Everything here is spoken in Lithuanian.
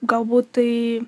galbūt tai